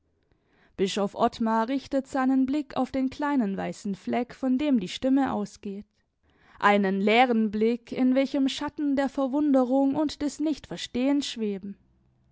bischof ottmar richtet seinen blick auf den kleinen weißen fleck von dem die stimme ausgeht einen leeren blick in welchem schatten der verwunderung und des nichtverstehens schweben